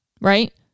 Right